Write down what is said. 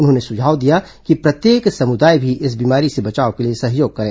उन्होंने सुझाव दिया कि प्रत्येक समुदाय भी इस बीमारी से बचाव के लिए सहयोग करें